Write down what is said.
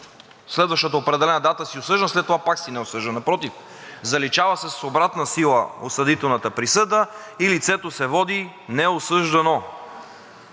следващата определена дата си осъждан, а след това пак си неосъждан, а напротив, заличава се с обратна сила осъдителната присъда и лицето се води неосъждано.